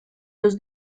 los